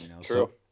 true